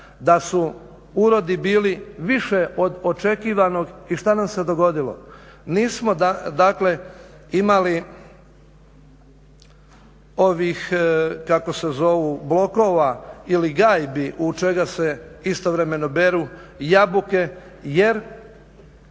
da su urodi bili više od očekivanog. I šta nam se dogodilo? Nismo dakle imali blokova ili gajbi u čega se istovremeno beru jabuke jer